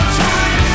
time